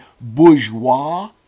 bourgeois